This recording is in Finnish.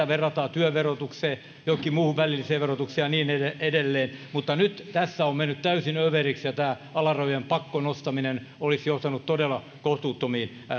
verrataan työn verotukseen johonkin muuhun välilliseen verotukseen ja niin edelleen edelleen mutta nyt tämä on mennyt täysin överiksi ja tämä alarajojen pakkonostaminen olisi johtanut todella kohtuuttomiin